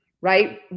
right